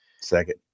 Second